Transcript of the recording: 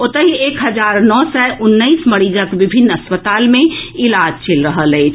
ओतहि एक हजार नओ सय उन्नैस मरीजक विभिन्न अस्पताल मे इलाज चलि रहल अछि